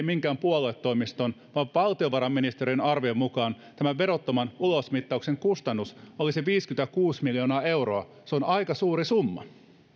minkään puoluetoimiston vaan valtiovarainministeriön arvion mukaan tämän verottoman ulosmittauksen kustannus olisi viisikymmentäkuusi miljoonaa euroa se on aika suuri summa